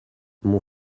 mon